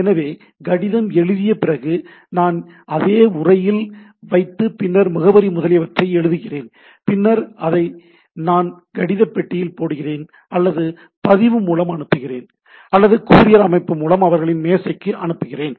எனவே கடிதம் எழுதிய பிறகு நான் அதை உறையில் வைத்து பின்னர் முகவரி முதலியவற்றை எழுதுகிறேன் பின்னர் அதை நான் கடித பெட்டியில் போடுகிறேன் அல்லது பதிவு மூலம் அனுப்புகிறேன் அல்லது கூரியர் அமைப்பு மூலம் அவர்களின் மேசைக்கு அனுப்புகிறேன்